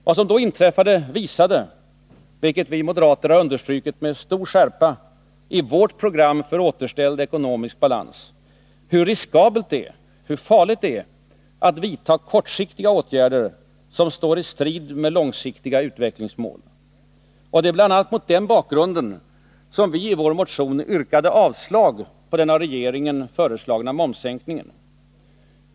Vad som då inträffade visade — vilket vi moderater understrukit med skärpa i vårt program för återställd ekonomisk balans — hur riskabelt det är att vidtaga kortsiktiga åtgärder som står i strid med långsiktiga utvecklingsmål. Det är bl.a. mot den bakgrunden som vi i vår motion yrkade avslag på den av regeringen föreslagna momssänkningen.